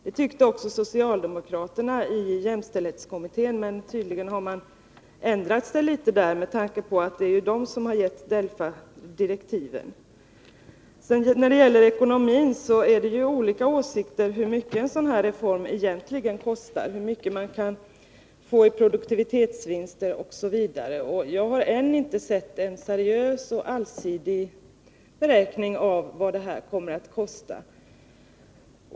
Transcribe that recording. Det tyckte också socialdemokraterna i jämställdhetskommittén, men de har tydligen ändrat sig — det är ju socialdemokraterna som har gett Delfa direktiven. När det sedan gäller ekonomin finns det olika åsikter om hur mycket en sådan här reform egentligen kostar, hur mycket man kan få i produktivitetsvinster osv. Jag har ännu inte sett en seriös och allsidig beräkning av vad reformen kan komma att kosta.